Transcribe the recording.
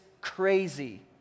crazy